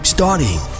Starting